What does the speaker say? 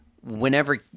whenever